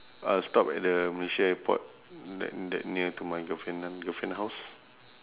I'll stop at the malaysia airport that that near to my girlfriend one girlfriend house